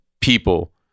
people